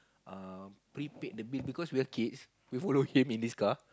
uh prepaid the bill because we were kids we follow him in his car